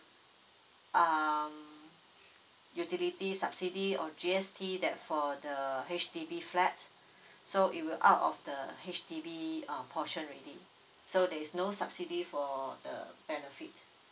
uh utility subsidy or G_S_T that for the H_D_B flat so it will out of the H_D_B uh portion already so there is no subsidy for the benefit